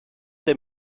der